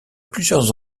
plusieurs